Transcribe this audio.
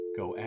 go